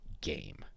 game